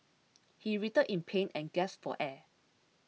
he writhed in pain and gasped for air